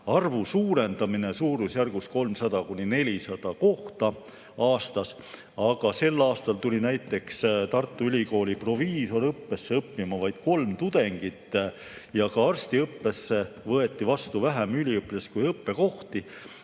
arvu suurendamine suurusjärgus 300–400 kohta aastas. Aga sel aastal tuli näiteks Tartu Ülikooli proviisoriõppesse õppima vaid kolm tudengit ja ka arstiõppesse võeti vastu vähem üliõpilasi, kui on õppekohti.